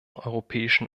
europäischen